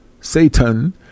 Satan